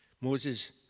Moses